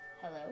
Hello